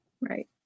Right